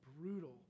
brutal